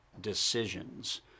decisions